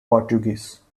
portuguese